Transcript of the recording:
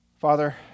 Father